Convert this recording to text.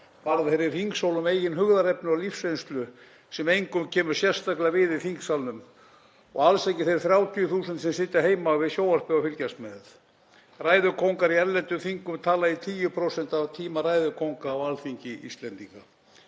fara þeir í hringsól um eigin hugðarefni og lífsreynslu sem engum kemur sérstaklega við í þingsalnum og alls ekki þeim 30.000 sem sitja heima við sjónvarpið og fylgjast með. Ræðukóngar í erlendum þingum tala í 10% af tíma ræðukóngs á Alþingi Íslendinga.